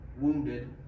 wounded